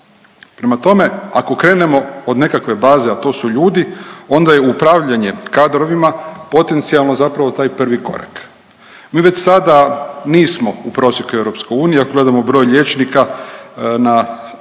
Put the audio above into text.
Prema tome ako krenemo od nekakve baze, a to su ljudi, onda je upravljanje kadrovima potencijalno zapravo taj prvi korak. Mi već sada nismo u prosjeku EU ako gledamo broj liječnika na,